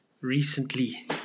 recently